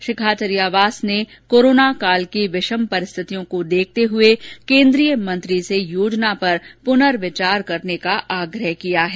श्री खाचरियावास ने कोराना काल की विषम परिस्थितियों को देखते हये केन्द्रीय मंत्री से योजना पर पुनर्विचार करने का आग्रह किया है